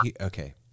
okay